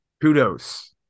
Kudos